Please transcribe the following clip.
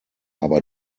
aber